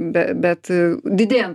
be bet didėjant